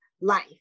life